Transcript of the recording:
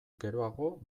geroago